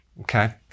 Okay